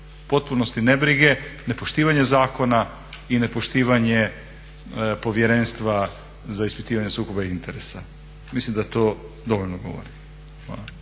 potpunosti nebrige, nepoštivanje zakona i nepoštivanje Povjerenstva za ispitivanje sukoba interesa. Mislim da to dovoljno govori.